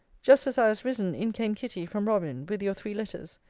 just as i was risen, in came kitty, from robin, with your three letters.